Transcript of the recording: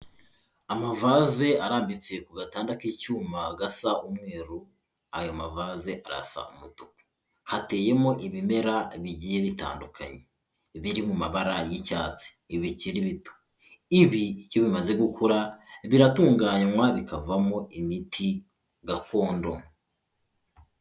Amavase arambitse ku gatanda k'icyuma gasa umweru, ayo mavase arasa umutuku, hateyemo ibimera bigiye bitandukanye, biri mu mabara y'icyatsi, bikiriri bito, ibi iyo bimaze gukura, biratunganywa, bikavamo imiti gakondo.